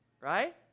right